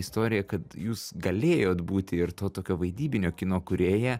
istorija kad jūs galėjot būti ir to tokio vaidybinio kino kūrėja